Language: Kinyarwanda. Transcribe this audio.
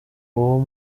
uwo